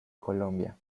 colombia